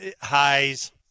highs